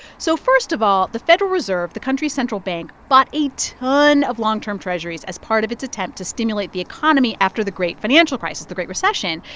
so first of all, the federal reserve, the country's central bank, bought a ton of long-term treasurys as part of its attempt to stimulate the economy after the great financial crisis, the great recession.